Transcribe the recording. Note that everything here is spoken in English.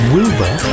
Wilbur